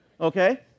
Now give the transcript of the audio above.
okay